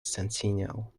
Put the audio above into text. centennial